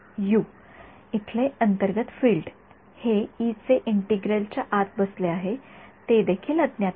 U इथले अंतर्गत field हे इ जे इंटिग्रल च्या आत बसले आहे ते देखील अज्ञात आहे